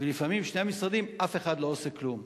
ולפעמים שני המשרדים, אף אחד לא עושה כלום,